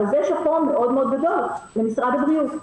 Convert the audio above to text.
ועל זה שאפו מאוד גדול למשרד הבריאות,